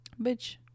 Bitch